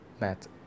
met